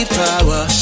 power